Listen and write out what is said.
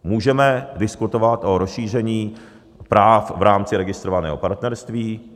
Můžeme diskutovat o rozšíření práv v rámci registrovaného partnerství.